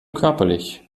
körperlich